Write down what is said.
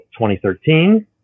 2013